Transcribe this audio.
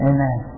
Amen